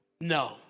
No